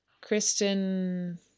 Kristen